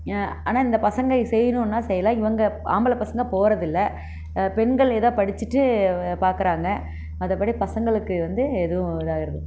ஆனால் இந்த பசங்க செய்யணுன்னா செய்யலாம் இவங்க ஆம்பளை பசங்க போகிறது இல்லை பெண்கள் ஏதோ படிச்சுட்டு பார்க்குறாங்க மற்றபடி பசங்களுக்கு வந்து எதுவும் இதாக இருக்குது